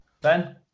Ben